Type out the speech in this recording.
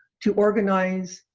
to organize,